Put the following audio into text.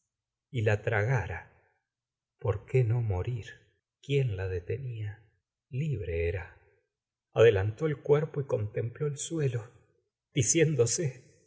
y la tragara por qué no morir quién la detenía libre era adelantó el cuerpo y contempló el suelo diciéndose